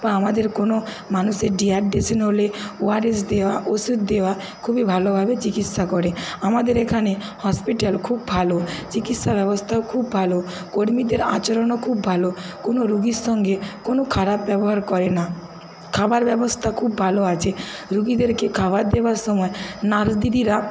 বা আমাদের কোনো মানুষের ড্রিহাইড্রেশান হলে ও আর এস দেওয়া ওষুধ দেওয়া খুবই ভালোভাবে চিকিৎসা করে আমাদের এখানে হসপিটাল খুব ভালো চিকিৎসা ব্যবস্থাও খুব ভালো কর্মীদের আচরণও খুব ভালো কোনো রুগির সঙ্গে কোনো খারাপ ব্যবহার করে না খাবার ব্যবস্থা খুব ভালো আছে রুগিদেরকে খাবার দেওয়ার সময় নার্স দিদিরা